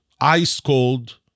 ice-cold